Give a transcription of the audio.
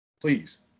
Please